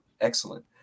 excellent